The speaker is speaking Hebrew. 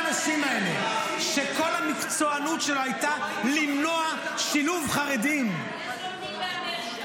שכל המקצוענות שלהם הייתה למנוע שילוב חרדים --- איך לומדים באמריקה?